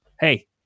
Hey